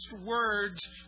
words